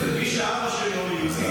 מי שאבא שלו יהודי,